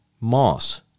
moss